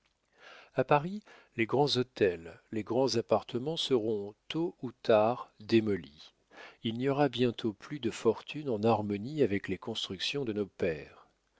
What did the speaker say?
a paris les grands hôtels les grands appartements seront tôt ou tard démolis il n'y aura bientôt plus de fortunes en harmonie avec les constructions de nos pères